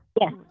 Yes